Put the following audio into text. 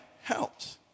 helps